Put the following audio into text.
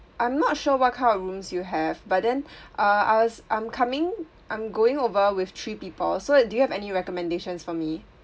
I'm not sure what kind of rooms you have but then uh I was I'm coming I'm going over with three people so it do you have any recommendations for me